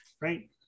right